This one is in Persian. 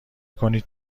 کنید